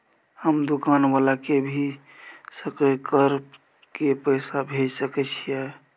हम दुकान वाला के भी सकय कर के पैसा भेज सके छीयै?